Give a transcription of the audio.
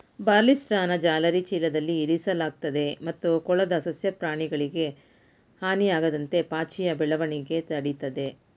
ಬಾರ್ಲಿಸ್ಟ್ರಾನ ಜಾಲರಿ ಚೀಲದಲ್ಲಿ ಇರಿಸಲಾಗ್ತದೆ ಮತ್ತು ಕೊಳದ ಸಸ್ಯ ಪ್ರಾಣಿಗಳಿಗೆ ಹಾನಿಯಾಗದಂತೆ ಪಾಚಿಯ ಬೆಳವಣಿಗೆ ತಡಿತದೆ